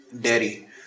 dairy